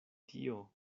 tio